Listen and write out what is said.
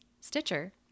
Stitcher